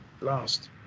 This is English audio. Last